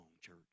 church